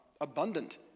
abundant